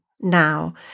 now